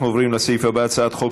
אנחנו עוברים לסעיף הבא: הצעת חוק